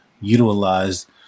utilized